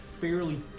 fairly